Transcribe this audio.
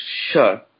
Sure